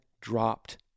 dropped